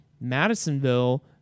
Madisonville